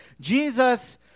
Jesus